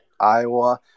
Iowa